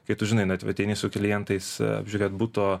kai tu žinai na vat eini su klientais apžiūrėt buto